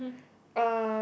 uh